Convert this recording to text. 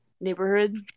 neighborhood